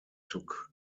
took